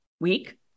week